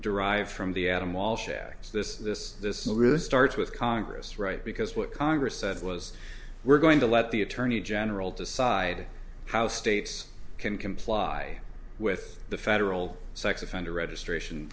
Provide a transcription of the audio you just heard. derived from the adam walsh act so this this this really starts with congress right because what congress said was we're going to let the attorney general decide how states can comply with the federal sex offender registration